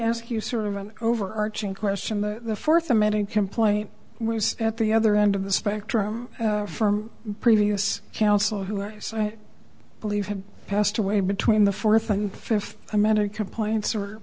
ask you sort of an overarching question the fourth amendment complaint was at the other end of the spectrum from previous counsel who i believe have passed away between the fourth and fifth amendment complaints or